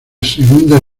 segunda